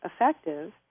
effective